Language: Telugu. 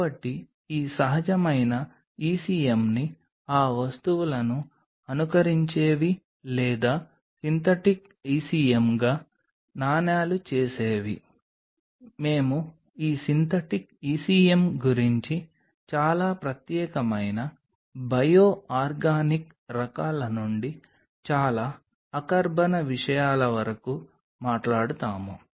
కాబట్టి ఈ సహజమైన ECMని ఆ వస్తువులను అనుకరించేవి లేదా సింథటిక్ ECMగా నాణేలు చేసేవి మేము ఈ సింథటిక్ ECM గురించి చాలా ప్రత్యేకమైన బయో ఆర్గానిక్ రకాల నుండి చాలా అకర్బన విషయాల వరకు మాట్లాడతాము